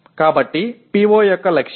எனவே ஒரு PO இன் இலக்கு 0